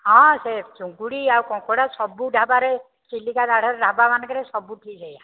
ହଁ ସେ ଚିଙ୍ଗୁଡି ଆଉ କଙ୍କଡା ସବୁ ଢାବାରେ ଚିଲିକା ଢାବା ମାନଙ୍କରେ ସବୁଠି ସେୟା